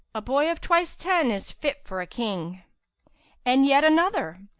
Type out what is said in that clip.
a boy of twice ten is fit for a king and yet another,